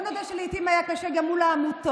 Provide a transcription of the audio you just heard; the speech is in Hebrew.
בואו נודה שלעיתים היה קשה גם מול העמותות,